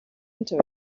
into